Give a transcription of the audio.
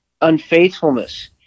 unfaithfulness